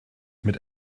mit